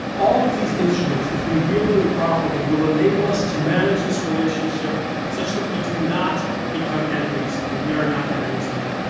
all of these instruments, if we wield them properly, will enable us to manage this relationship such that we do not become enemies and we are not enemies now.